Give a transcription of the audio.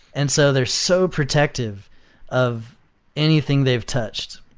and so there's so protective of anything they've touched,